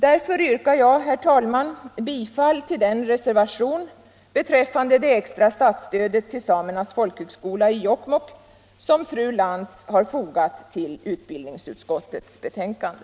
Därför yrkar jag, herr talman, bifall till den reservation beträffande det extra statsstödet till Samernas folkhögskola i Jokkmokk som fru Lantz har fogat till utbildningsutskottets betänkande.